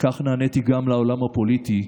כך נעניתי גם לעולם הפוליטי,